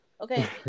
okay